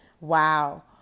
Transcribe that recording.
wow